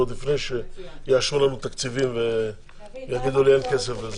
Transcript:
עוד לפני שיאשרו לנו תקציבים ויגידו לי שאין כסף לזה.